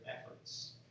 efforts